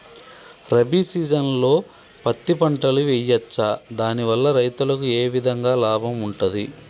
రబీ సీజన్లో పత్తి పంటలు వేయచ్చా దాని వల్ల రైతులకు ఏ విధంగా లాభం ఉంటది?